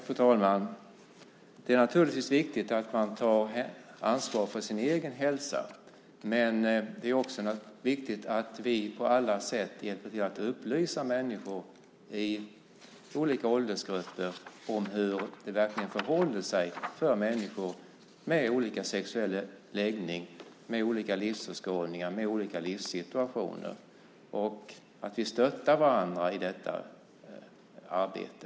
Fru talman! Det är naturligtvis viktigt att man tar ansvar för sin egen hälsa, men det är också viktigt att vi på alla sätt hjälper till att upplysa människor i olika åldersgrupper om hur det verkligen förhåller sig för människor med olika sexuell läggning, med olika livsåskådningar och i olika livssituationer. Det är viktigt att vi stöttar varandra i detta arbete.